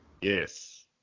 Yes